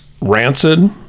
Rancid